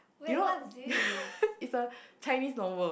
you know it's a Chinese novel